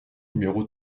numéro